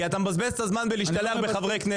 אתה מבזבז את הזמן בהשתלחות בחברי כנסת.